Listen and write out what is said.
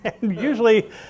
Usually